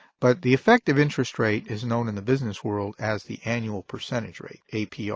but the effective interest rate is known in the business world as the annual percentage rate, apr.